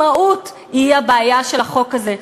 המהות היא הבעיה של החוק הזה.